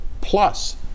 plus